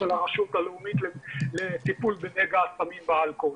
הרשות הלאומית לטיפול בנגע הסמים ואלכוהול.